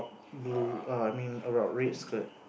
blue err I mean err red skirt